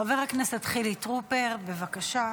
חבר הכנסת חילי טרופר, בבקשה,